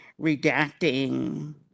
redacting